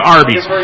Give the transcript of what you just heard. Arby's